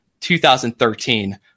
2013